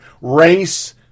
race